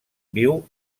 viu